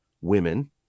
women